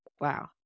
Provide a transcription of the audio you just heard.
wow